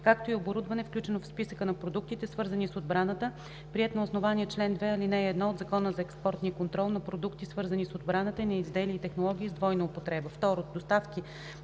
както и оборудване, включено в списъка на продуктите, свързани с отбраната, приет на основание чл. 2, ал. 1 от Закона за експортния контрол на продукти, свързани с отбраната, и на изделия и технологии с двойна употреба;